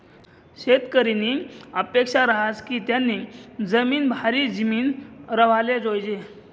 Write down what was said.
शेतकरीनी अपेक्सा रहास की त्यानी जिमीन भारी जिमीन राव्हाले जोयजे